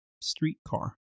streetcar